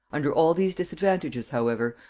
under all these disadvantages, however,